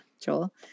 Joel